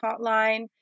hotline